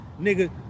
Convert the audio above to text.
nigga